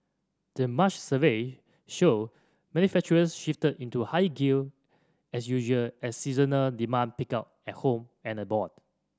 the March survey showed manufacturers shifted into higher gear as usual as seasonal demand picked up at home and abroad